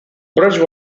bridge